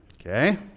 Okay